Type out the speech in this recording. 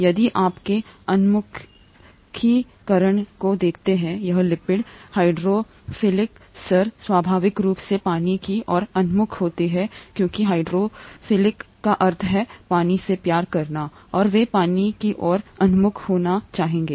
यदि आप के उन्मुखीकरण को देखते हैं यहाँ लिपिड हाइड्रोफिलिक सिर स्वाभाविक रूप से पानी की ओर उन्मुख होते हैं क्योंकि हाइड्रोफिलिक का अर्थ है पानी से प्यार करना और वे पानी की ओर उन्मुख होना चाहेंगे